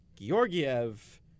Georgiev